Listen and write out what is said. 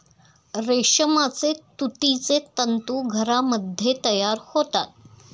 रेशमाचे तुतीचे तंतू घरामध्ये तयार होतात